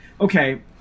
okay